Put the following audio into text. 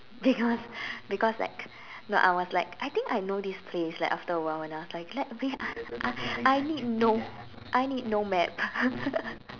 because because like no I was like I think I know this place like after a while and I was like let me I need no I need no map